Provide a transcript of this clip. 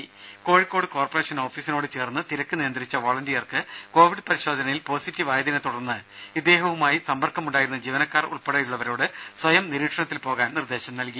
ദേര Kozhikode corporation ഓഫിസിനോട് ചേർന്ന് തിരക്ക് നിയന്ത്രിച്ച വളണ്ടിയർക്ക് കോവിഡ് പരിശോധനയിൽ പോസിറ്റീവായതിനെ തുടർന്ന് ഇദ്ദേഹവുമായി സമ്പർക്കമുണ്ടായിരുന്ന ജീവനക്കാർ ഉൾപ്പടെയുള്ളവരോട് സ്വയം നിരീക്ഷണത്തിൽ പോകാൻ നിർദേശം നൽകി